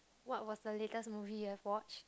what was the latest movie you have watched